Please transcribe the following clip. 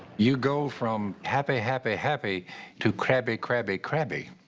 you go from happy happy happy to crabby crabby crabby.